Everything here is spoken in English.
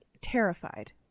terrified